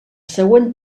següent